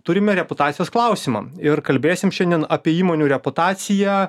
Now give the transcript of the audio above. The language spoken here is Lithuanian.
turime reputacijos klausimą ir kalbėsim šiandien apie įmonių reputaciją